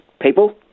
people